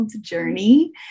journey